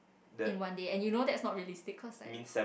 in one day and you know that's not realistic cause like